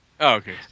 Okay